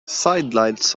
sidelights